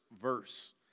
verse